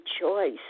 choice